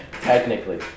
technically